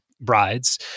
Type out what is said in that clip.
brides